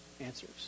answers